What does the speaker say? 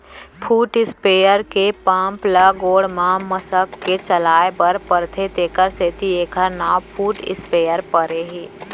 foot sprayer के pump ल गोड़ म मसक के चलाए बर परथे तेकर सेती एकर नांव फुट स्पेयर परे हे